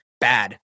bad